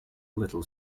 little